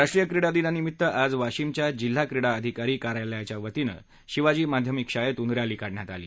राष्ट्रीय क्रीडा दिनानिमीत्त आज वाशिमच्या जिल्हा क्रीडा अधिकारी कार्यालयांच्या वतीनं शिवाजी माध्यमिक शाळेतून रस्ती काढण्यात आली